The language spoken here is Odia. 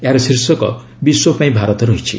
ଏହାର ଶୀର୍ଷକ 'ବିଶ୍ୱ ପାଇଁ ଭାରତ' ରହିଛି